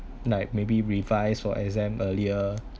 like maybe revise for exam earlier